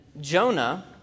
Jonah